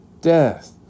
Death